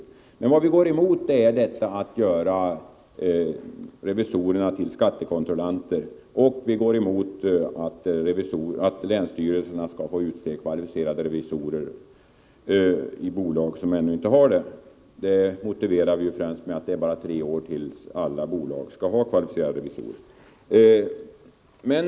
Vad vi går emot är att göra revisorerna till skattekontrollanter. Vi går också emot att länsstyrelserna skall få utse kvalificerade revisorer i bolag som ännu inte har det, och det motiverar vi främst med att det är bara tre år till dess alla bolag skall ha kvalificerade revisorer.